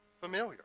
familiar